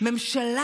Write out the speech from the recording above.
ממשלה